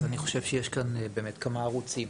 אז אני חושב שיש כאן כמה ערוצים.